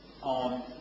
on